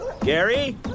Gary